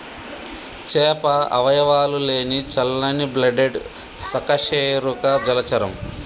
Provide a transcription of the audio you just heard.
చేప అవయవాలు లేని చల్లని బ్లడెడ్ సకశేరుక జలచరం